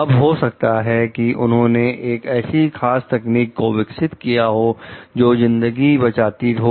अब हो सकता है कि उन्होंने एक ऐसी खास तकनीक को विकसित किया हो जो जिंदगी बचाती हो